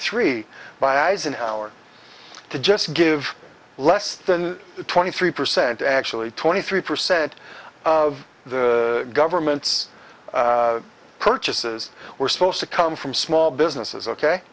three by eisenhower to just give less than twenty three percent actually twenty three percent of the government's purchases were supposed to come from small businesses ok